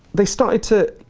they started to,